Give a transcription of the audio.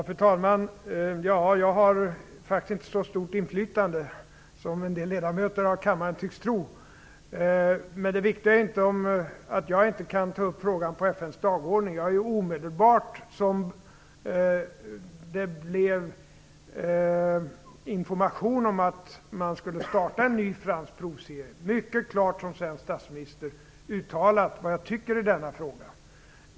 Fru talman! Jag har faktiskt inte så stort inflytande som en del ledamöter av kammaren tycks tro. Det viktiga är inte att jag inte kan ta upp frågan på FN:s dagordning. Omedelbart efter det att det kom information om att man skulle starta en ny fransk provserie har jag mycket klart som svensk statsminister uttalat vad jag tycker i denna fråga.